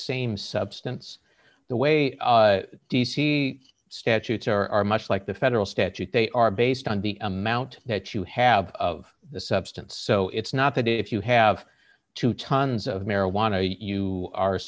same substance the way d c statutes are much like the federal statute they are based on the amount that you have of the substance so it's not that if you have two tons of marijuana you are